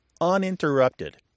uninterrupted